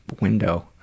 window